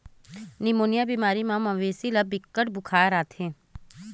pneumonia बेमारी म मवेशी ल बिकट के बुखार आथे